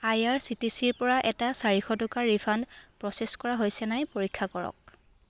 আই R C T C ৰ পৰা এটা চাৰিশ টকাৰ ৰিফাণ্ড প্ৰ'চেছ কৰা হৈছে নাই পৰীক্ষা কৰক